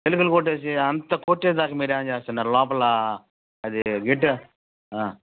ఎలుకలు కొట్టేసాయా అంత కొట్టేదాకా మీరేం చేస్తున్నారు లోపలా అది గెట్ట